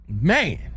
man